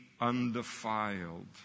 undefiled